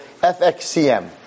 FXCM